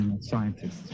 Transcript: scientists